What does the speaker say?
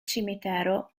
cimitero